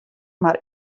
mar